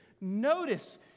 Notice